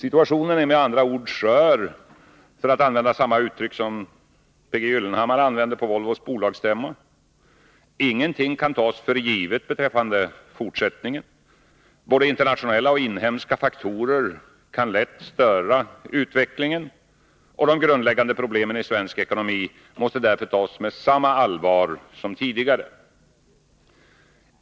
Situationen är med andra ord ”skör” för att använda samma uttryck som P.G. Gyllenhammar använde på Volvos bolagsstämma. Ingenting kan tas för givet beträffande fortsättningen. Både internationella och inhemska faktorer kan lätt störa utvecklingen. De grundläggande problemen i svensk ekonomi måste tas med samma allvar som tidigare.